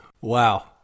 Wow